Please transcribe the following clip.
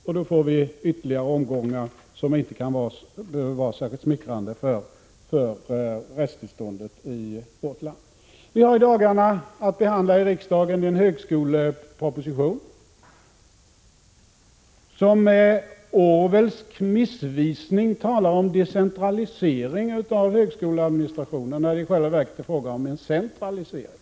Det blir då ytterligare omgångar som inte kommer att vara särskilt smickrande för rättstillståndet i vårt land. Vi har i dagarna att i riksdagen behandla en högskoleproposition, i vilken det med Orwellsk missvisning talas om decentralisering av högskoleadministrationen, när det i själva verket är fråga om en centralisering.